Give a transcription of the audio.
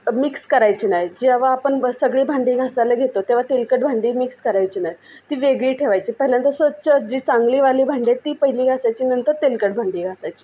mix करायची नाहीत जेव्हा आपण सगळी भांडी घासायला घेतो तेव्हा तेलकट भांडी मिक्स करायची नाही ती वेगळी ठेवायची पहिल्यांदा स्वच्छ जी चांगलीवाली भांडी आहेत ती पहिली घासायची नंतर तेलकट भांडी घासायची